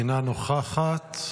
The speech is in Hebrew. אינה נוכחת,